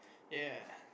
ya